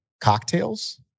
cocktails